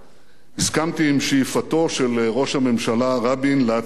הסכמתי עם שאיפתו של ראש הממשלה רבין להצעיד את ישראל